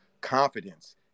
confidence